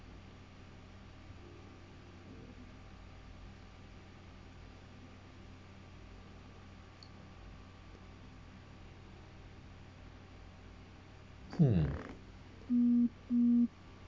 hmm